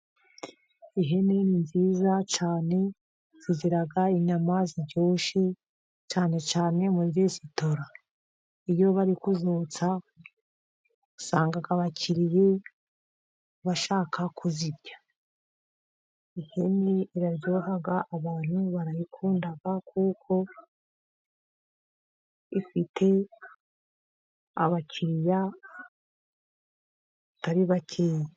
Ihene nziza cyane zigira inyama ziryoshye, cyane cyane muri resitora, iyo bari kuzotsa usanga abakiriya bashaka kuzirya, ihene iraryoha abantu barayikunda, kuko ifite abakiriya batari bake.